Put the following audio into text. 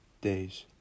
days